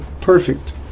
perfect